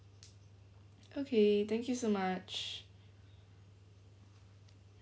okay thank you so much